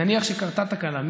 נניח שקרתה תקלה,